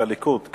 את הליכוד.